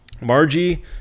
Margie